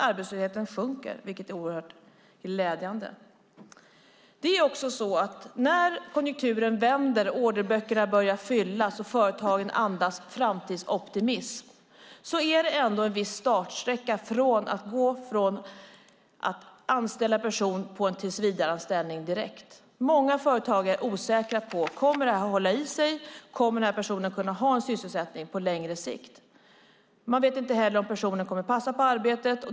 Arbetslösheten sjunker, vilket är oerhört glädjande. När konjunkturen vänder, orderböckerna börjar fyllas och företagen andas framtidsoptimism är det ändå en viss startsträcka att gå till att anställa en person på en tillsvidareanställning direkt. Många företagare är osäkra på om läget kommer att hålla i sig, om personen kommer att kunna ha en sysselsättning på längre sikt. Man vet inte heller om personen kommer att passa för arbetet.